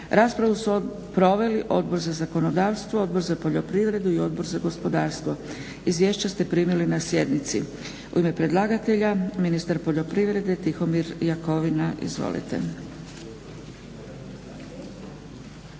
Raspravu su proveli Odbor za zakonodavstvo, Odbor za poljoprivredu i Odbor za gospodarstvo. Izvješća ste primili na sjednici. U ime predlagatelja ministar poljoprivrede Tihomir Jakovina, izvolite.